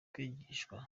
kwigishwa